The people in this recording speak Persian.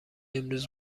امروز